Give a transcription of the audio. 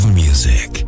music